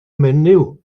menyw